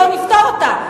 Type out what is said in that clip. בואו נפתור אותה,